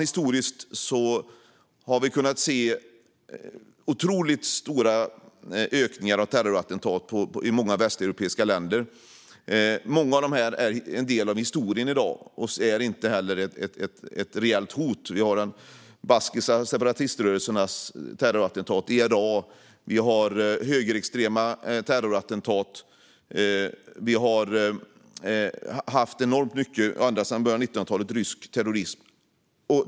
Historiskt har vi sett otroligt stora ökningar av terrorattentat i många västeuropeiska länder. Många av dem är i dag historia och inte längre ett reellt hot. Vi har haft terroristattentat från den baskiska separatiströrelsen och från IRA. Vi har haft högerextrema terrorattentat. Vi har haft enormt mycket rysk terrorism ända sedan början av 1900-talet.